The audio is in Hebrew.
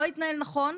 לא התנהל נכון,